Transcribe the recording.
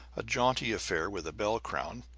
a jaunty affair with a bell crown,